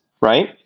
right